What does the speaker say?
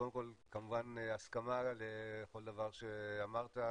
קודם כל כמובן הסכמה עם כל דבר שאמרת.